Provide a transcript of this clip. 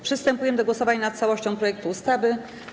Przystępujemy do głosowania nad całością projektu ustawy.